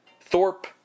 Thorpe